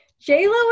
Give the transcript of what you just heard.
J.Lo